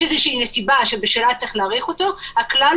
יש כמה דרכים לבצע את הבחירה של הקניונים,